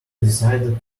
decided